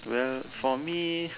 well for me